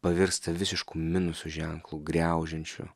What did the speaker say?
pavirsta visišku minuso ženklu griaužiančiu